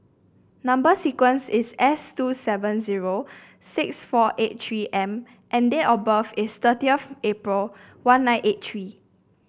number sequence is S two seven zero six four eight three M and date of birth is thirty of April one nine eight three